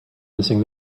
missing